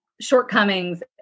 shortcomings